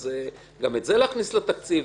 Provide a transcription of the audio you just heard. אז גם את זה להכניס לתקציב,